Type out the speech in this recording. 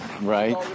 right